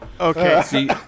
Okay